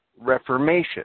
reformation